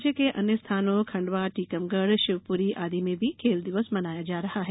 राज्य के अन्य स्थानों खंडवाटीकमगढ़ शिवपुरी आदि में भी खेल दिवस मनाया जा रहा है